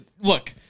Look